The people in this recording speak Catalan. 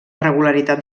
regularitat